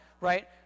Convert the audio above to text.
right